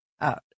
out